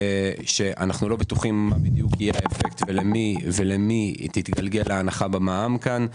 שאנחנו לא בטוחים מה בדיוק יהיה האפקט ולמי היא תתגלגל ההנחה במע"מ כאן,